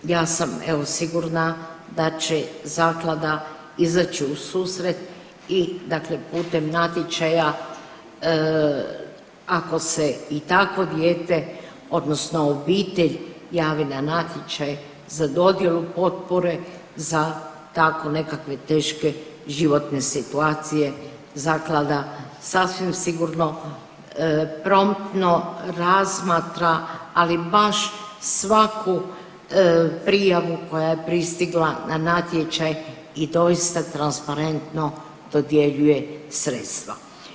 Ja sam evo sigurna da će zaklada izaći u susret i putem natječaja ako se i takvo dijete odnosno obitelj javi na natječaj za dodjelu potpore za tako nekakve teške životne situacije zaklada sasvim sigurno promptno razmatra, ali baš svaku prijavu koja je pristigla na natječaj i doista transparentno dodjeljuje sredstva.